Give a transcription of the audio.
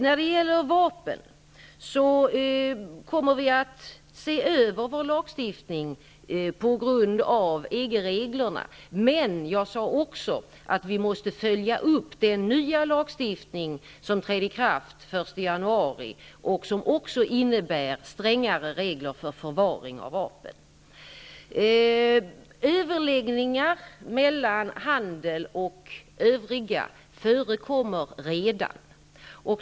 När det gäller vapen sade jag att vi kommer att se över vår lagstiftning med hänsyn till EG-reglerna, men jag sade också att vi måste följa upp den nya lagstiftning som träder i kraft den 1 januari och som också innebär strängare regler för förvaring av vapen. Överläggningar mellan handeln och övriga förekommer redan.